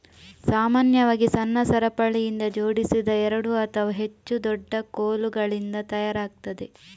ಸಾಮಾನ್ಯವಾಗಿ ಸಣ್ಣ ಸರಪಳಿಯಿಂದ ಜೋಡಿಸಿದ ಎರಡು ಅಥವಾ ಹೆಚ್ಚು ದೊಡ್ಡ ಕೋಲುಗಳಿಂದ ತಯಾರಾಗ್ತದೆ